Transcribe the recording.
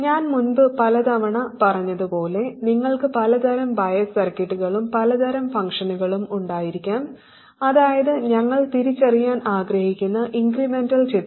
ഞാൻ മുമ്പ് പല തവണ പറഞ്ഞതുപോലെ നിങ്ങൾക്ക് പലതരം ബയസ് സർക്യൂട്ടുകളും പലതരം ഫംഗ്ഷനുകളും ഉണ്ടായിരിക്കാം അതായത് ഞങ്ങൾ തിരിച്ചറിയാൻ ആഗ്രഹിക്കുന്ന ഇൻക്രെമെന്റൽ ചിത്രം